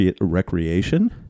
recreation